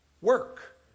work